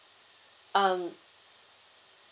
um